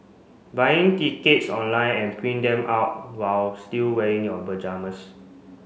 buying tickets online and print them out while still wearing your pyjamas